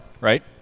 right